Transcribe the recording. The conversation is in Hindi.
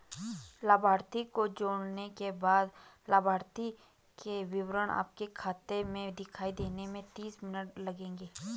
लाभार्थी को जोड़ने के बाद लाभार्थी के विवरण आपके खाते में दिखाई देने में तीस मिनट लगेंगे